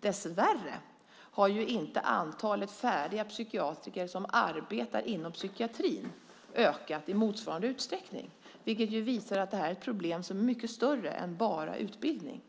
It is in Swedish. Dessvärre har inte antalet färdiga psykiatrer som arbetar inom psykiatrin ökat i motsvarande utsträckning, vilket ju visar att det här är ett problem som är mycket större än bara utbildning.